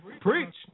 Preach